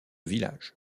village